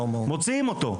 מוציאים אותו,